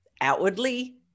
outwardly